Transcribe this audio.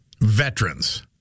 veterans